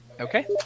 Okay